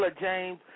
James